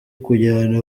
kujyana